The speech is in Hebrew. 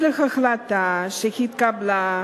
גברתי.